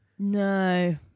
No